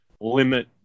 limit